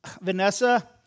Vanessa